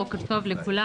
בוקר טוב לכולם.